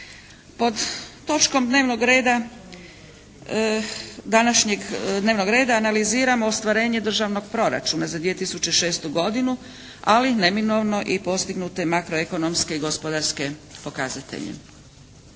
današnjeg dnevnog reda analiziramo ostvarenje državnog proračuna za 2006. godinu, ali neminovno i postignute makroekonomske i gospodarske pokazatelje.